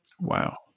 Wow